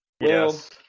Yes